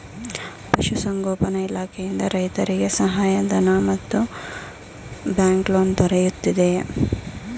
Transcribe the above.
ಪಶು ಸಂಗೋಪನಾ ಇಲಾಖೆಯಿಂದ ರೈತರಿಗೆ ಸಹಾಯ ಧನ ಮತ್ತು ಬ್ಯಾಂಕ್ ಲೋನ್ ದೊರೆಯುತ್ತಿದೆಯೇ?